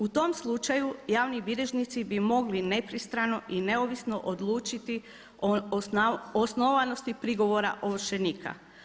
U tom slučaju javni bilježnici bi mogli nepristrano i neovisno odlučiti o osnovanosti prigovora ovršenika.